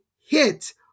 hit